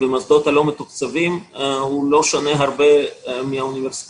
סוציו-אקונומי במוסדות הלא מתוקצבים לא שונה בהרבה מהאוניברסיטאות,